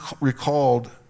recalled